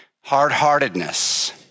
hard-heartedness